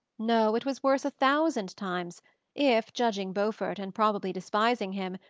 no, it was worse a thousand times if, judging beaufort, and probably despising him,